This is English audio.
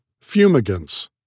Fumigants